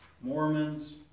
Mormons